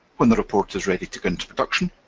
when the report is ready to go into production,